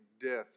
death